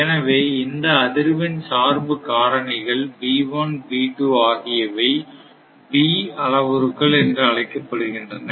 எனவே இந்த அதிர்வெண் சார்பு காரணிகள் ஆகியவை B அளவுருக்கள் என அழைக்கப்படுகின்றன